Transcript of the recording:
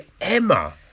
Emma